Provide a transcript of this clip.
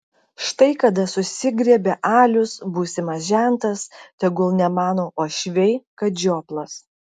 štai kada susigriebia alius būsimas žentas tegul nemano uošviai kad žioplas